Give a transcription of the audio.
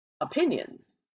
opinions